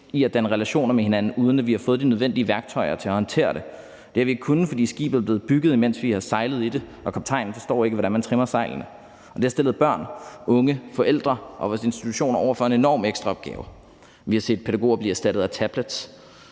i at danne relationer med hinanden, uden at vi har fået de nødvendige værktøjer til at håndtere det. Det har vi ikke kunnet, fordi skibet er blevet bygget, imens vi har sejlet i det, og kaptajnen forstår ikke, hvordan man trimmer sejlene. Det har stillet børn, unge, forældre og vores institutioner over for en enorm ekstraopgave. Vi har set pædagoger blive erstattet af tablets,